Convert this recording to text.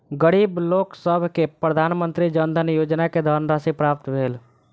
गरीब लोकसभ के प्रधानमंत्री जन धन योजना के धनराशि प्राप्त भेल